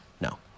No